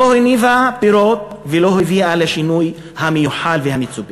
לא הניבה פירות ולא הביאה לשינוי המיוחל והמצופה.